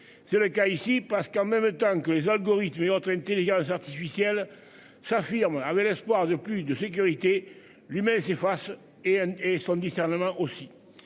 c'est le cas ici parce qu'en même temps que les algorithmes et autres Intelligence artificielle. S'affirme avec l'espoir de plus de sécurité. L'e-mail s'face et et sans discernement aussi.